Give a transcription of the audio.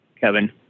Kevin